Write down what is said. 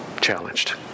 challenged